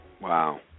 Wow